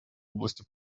области